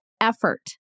effort